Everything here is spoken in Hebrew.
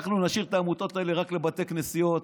אנחנו נשאיר את העמותות האלה רק לבתי כנסיות,